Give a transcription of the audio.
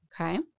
Okay